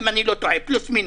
אם אני לא טועה, פלוס-מינוס